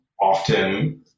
often